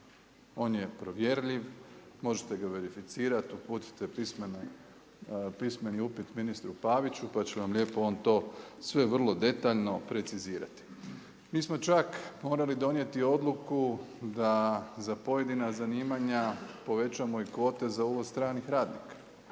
On je provjerljiv, možete ga verificirati, uputite pismeni upit ministru Paviću, pa će vam lijepo on to sve vrlo detaljno precizirati. Mi smo čak morali donijeti odluku, da za pojedina zanimanja povećamo i kvote za uvoz stranih radnika.